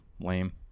lame